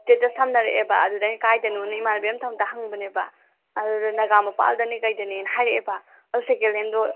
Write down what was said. status ꯊꯝꯅꯔꯛꯑꯦꯕ ꯑꯗꯨꯗ ꯑꯩꯅ ꯀꯥꯏꯗꯅꯣꯅ ꯏꯃꯥꯟꯅꯕꯤ ꯑꯃꯅ ꯊꯝꯃꯛꯇꯅ ꯍꯪꯕꯅꯦꯕ ꯑꯗꯨꯗ ꯅꯥꯒꯥꯃꯥꯄꯥꯜꯗꯅꯦ ꯀꯩꯗꯅꯦꯅ ꯍꯥꯏꯔꯛꯑꯦꯕ ꯑꯗꯨ ꯁꯦꯀꯦꯍꯦꯟꯗꯣ